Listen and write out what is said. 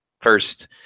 first